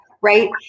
right